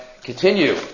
continue